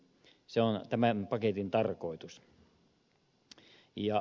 se on tämän paketin tarkoitus